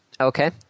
Okay